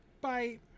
Bye